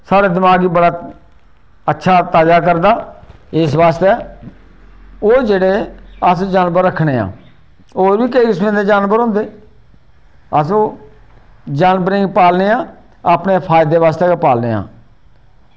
साढ़े दमाग गी बड़ा अच्छा ताज़ा करदा ते इस बास्तै ओह् जानवर जेह्ड़े अस जानवर रक्खने आं होर बी केईं किस्में दे जानवर होंदे अस ओह् जानवरें ई पालने आं अपने फायदे आस्तै गै पालने आं